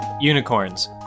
Unicorns